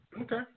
Okay